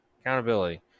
Accountability